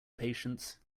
patience